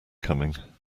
coming